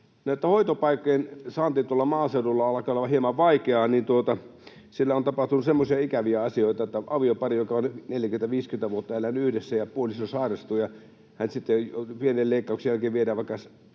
hoitopaikkojen saanti tuolla maaseudulla alkaa olla hieman vaikeaa. Siellä on tapahtunut semmoisia ikäviä asioita, että kun aviopari on 40—50 vuotta elänyt yhdessä ja puoliso sairastuu, niin hänet sitten pienen leikkauksen jälkeen viedään vaikka